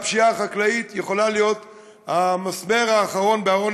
הפשיעה החקלאית יכולה להיות המסמר האחרון בארון